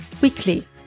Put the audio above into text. weekly